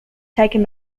taken